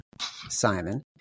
Simon